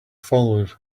followed